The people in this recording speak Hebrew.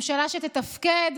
ממשלה שתתפקד,